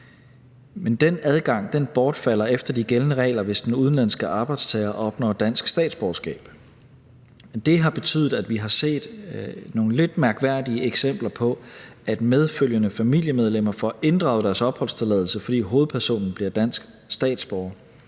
Men den adgang bortfalder efter de gældende regler, hvis den udenlandske arbejdstager opnår dansk statsborgerskab. Det har betydet, at vi har set nogle lidt mærkværdige eksempler på, at medfølgende familiemedlemmer får inddraget deres opholdstilladelse, fordi hovedpersonen bliver dansk statsborger,